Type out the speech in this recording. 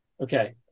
Okay